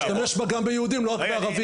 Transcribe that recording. אנחנו נשתמש בה גם ביהודים, לא רק בערבים.